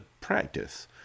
practice